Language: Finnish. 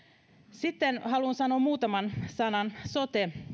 sitten haluan sanoa muutaman sanan sote